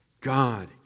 God